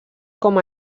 com